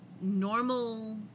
normal